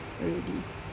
already